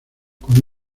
con